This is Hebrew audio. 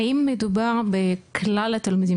האם מדובר בכלל התלמידים?